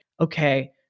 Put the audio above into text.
okay